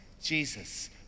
Jesus